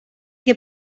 què